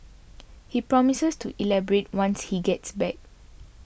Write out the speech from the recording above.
he promises to elaborate once he gets back